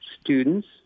students